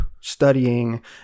studying